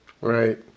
Right